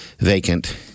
Vacant